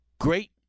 great